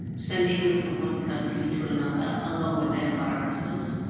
sending them from one country to another, along with their viruses,